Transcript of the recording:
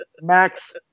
Max